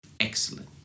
Excellent